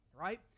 right